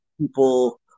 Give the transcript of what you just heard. people